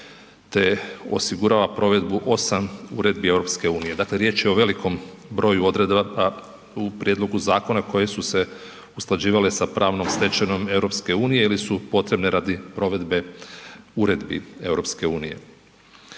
te osigurava provedbu 8 uredbi EU. Dakle, riječ je o velikom broju odredaba u prijedlogu zakona koje su se usklađivale sa pravnom stečevinom EU ili su potrebne radi provedbe uredbi EU.